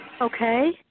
Okay